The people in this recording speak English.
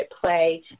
play